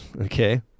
okay